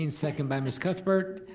and second by ms. cuthbert,